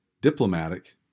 diplomatic